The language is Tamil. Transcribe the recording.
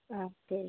ஆ சரிங்க